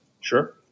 Sure